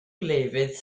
lefydd